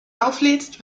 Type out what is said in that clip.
auflädst